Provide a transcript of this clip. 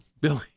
Billy